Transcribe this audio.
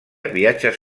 viatges